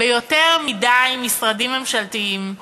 ביותר מדי משרדים ממשלתיים,